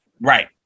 Right